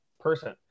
person